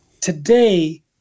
today